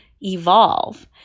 evolve